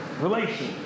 relation